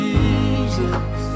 Jesus